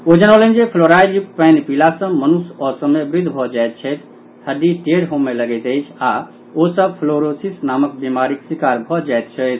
ओ जनौलनि जे फ्लोराईड युक्त पानि पीला सँ मनुष्य असमय वृद्ध भऽ जायत छथि हड्डी टेढ होमय लगैत अछि आओर ओ सभ फ्लोरोसिस नामक बीमारीक शिकार भऽ जायत छथि